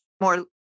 more